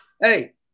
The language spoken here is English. hey